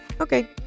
okay